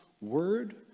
word